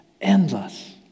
endless